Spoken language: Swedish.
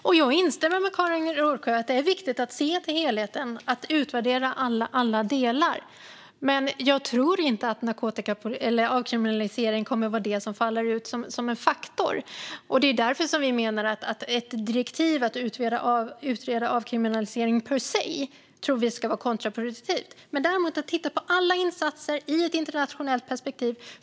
Fru talman! Jag håller med Karin Rågsjö om att det är viktigt att se till helheten och utvärdera alla delar. Men jag tror inte att avkriminalisering kommer att vara en avgörande faktor. Det är därför vi menar att ett direktiv om att per se utreda avkriminalisering vore kontraproduktivt. Men däremot måste man titta på alla insatser ur ett internationellt perspektiv.